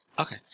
Okay